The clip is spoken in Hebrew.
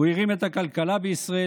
הוא הרים את הכלכלה בישראל,